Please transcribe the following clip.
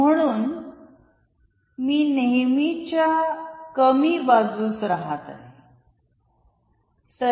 म्हणून मी नेहमीच्या कमी बाजूस राहत आहे